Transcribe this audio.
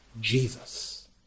Jesus